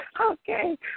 Okay